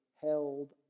held